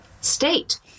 state